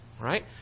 Right